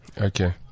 Okay